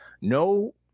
no